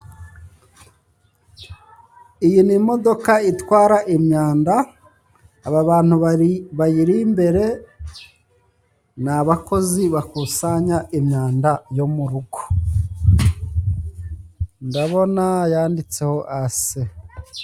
Iyi ni imodoka itwara imyanda. Aba bantu bayiri imbere ni abakozi bakusanya imyanda yo mu rugo. Ndabona yanditseho ase(AC).